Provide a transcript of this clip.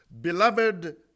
beloved